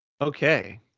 Okay